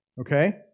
Okay